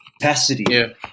capacity